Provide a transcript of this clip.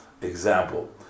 example